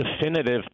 definitive